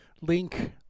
link